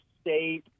State